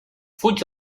fuig